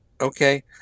okay